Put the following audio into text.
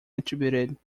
attributed